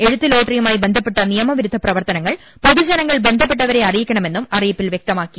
എഴുത്ത് ലോട്ടറിയുമായി ബന്ധപ്പെട്ട നിയമവിരുദ്ധ പ്രവർത്തനങ്ങൾ പൊതുജനങ്ങൾ ബന്ധപ്പെട്ടവരെ അറിയിക്കണമെന്ന് അറിയിപ്പിൽ വൃക്തമാക്കി